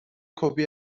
کپی